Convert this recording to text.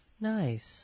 Nice